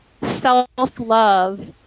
self-love